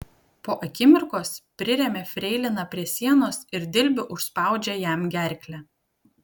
po akimirkos priremia freiliną prie sienos ir dilbiu užspaudžia jam gerklę